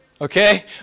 Okay